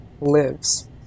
lives